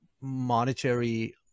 monetary